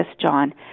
John